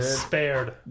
spared